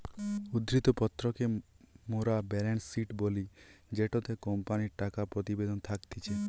উদ্ধৃত্ত পত্র কে মোরা বেলেন্স শিট বলি জেটোতে কোম্পানির টাকা প্রতিবেদন থাকতিছে